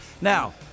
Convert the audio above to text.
Now